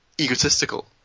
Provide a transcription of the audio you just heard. egotistical